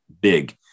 big